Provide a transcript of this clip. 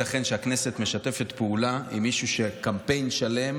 שהכנסת משתפת פעולה עם מישהו שקמפיין שלם